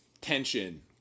tension